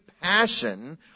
passion